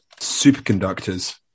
superconductors